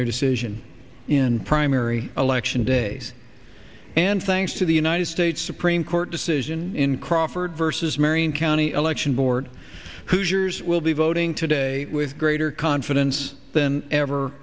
their decision in primary election days thanks to the united states supreme court decision in crawford versus marion county election board who jurors will be voting today with greater confidence than ever